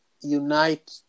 Unite